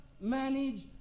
manage